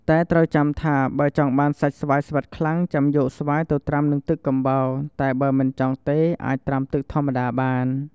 តែត្រូវចាំថា បើចង់បានសាច់ស្វាយស្វិតខ្លាំងចាំយកស្វាយទៅត្រាំនឹងទឹកកំបោរ តែបើមិនចង់ទេអាចត្រាំទឹកធម្មតាបាន។